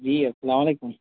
جی السلام علیکم